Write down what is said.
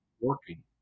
working